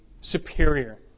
superior